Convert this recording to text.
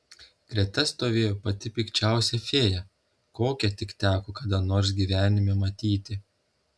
greta stovėjo pati pikčiausia fėja kokią tik teko kada nors gyvenime matyti